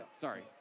sorry